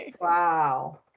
Wow